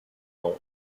vingt